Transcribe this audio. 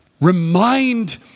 remind